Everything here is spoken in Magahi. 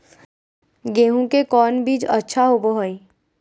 गेंहू के कौन बीज अच्छा होबो हाय?